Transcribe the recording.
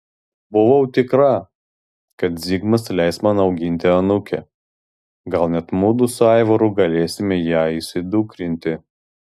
buvau tikra kad zigmas leis man auginti anūkę gal net mudu su aivaru galėsime ją įsidukrinti